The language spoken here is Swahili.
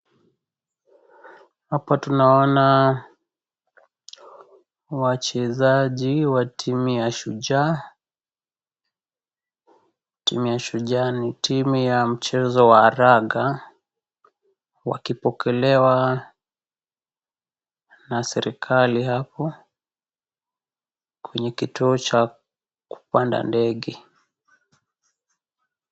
Hapa tunaona wachezaji wa timu ya shujaa, timu ya shujaa ni timu ya mchezo wa raga wakipokelewa na serikali hapo kwenye kituo cha kupanda ndege.